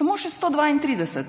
Samo še 132